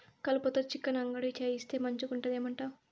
కలుపతో చికెన్ అంగడి చేయిస్తే మంచిగుంటది ఏమంటావు